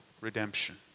redemption